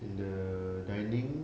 in the dining